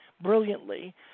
brilliantly